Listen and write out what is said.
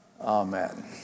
Amen